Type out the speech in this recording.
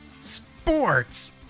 Sports